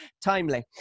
Timely